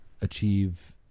achieve